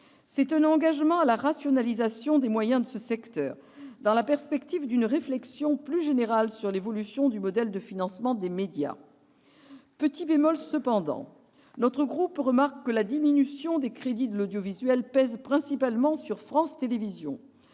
C'est un engagement à la rationalisation des moyens de ce secteur, dans la perspective d'une réflexion plus générale sur l'évolution du modèle de financement des médias. Petit bémol cependant, notre groupe remarque que la diminution des crédits de l'audiovisuel pèse principalement sur France Télévisions-